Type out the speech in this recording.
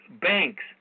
banks